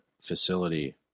facility